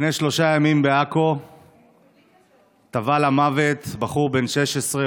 לפני שלושה ימים טבע למוות בעכו בחור בן 16,